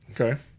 Okay